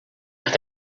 nach